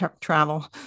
travel